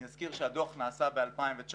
אני אזכיר שהדוח נעשה ב-2019,